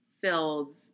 filled